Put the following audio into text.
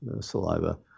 saliva